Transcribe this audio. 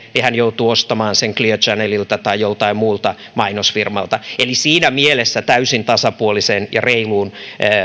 hän joutuu ostamaan sen clear channelilta tai joltain muulta mainosfirmalta siinä mielessä täysin tasapuoliseen ja reiluun